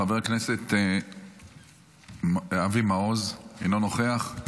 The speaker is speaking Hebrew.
חבר הכנסת אבי מעוז, אינו נוכח.